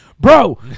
bro